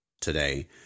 today